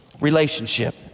relationship